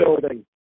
building